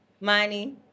money